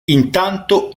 intanto